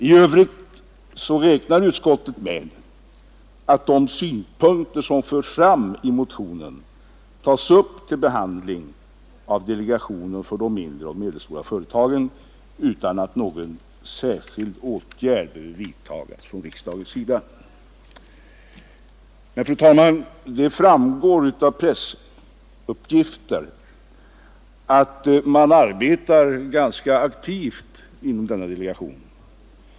I övrigt räknar utskottet med att de synpunkter som förts fram i motionen tas upp till behandling av delegationen för de mindre och medelstora företagen, utan att någon särskild åtgärd vidtas från riksdagens sida. Fru talman! Det framgår av pressuppgifter att man arbetar ganska aktivt inom denna delegation.